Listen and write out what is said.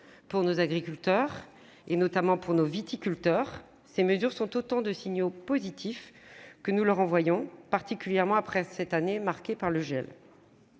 Pour nos agriculteurs, particulièrement pour nos viticulteurs, ces mesures sont autant de signaux positifs que nous leur envoyons après cette année marquée par le gel.